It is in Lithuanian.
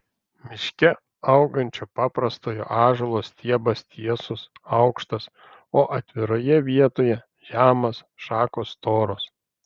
miške augančio paprastojo ąžuolo stiebas tiesus aukštas o atviroje vietoje žemas šakos storos